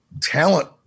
talent